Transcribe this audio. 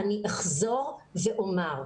אני אחזור ואומר,